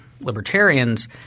libertarians